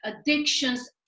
addictions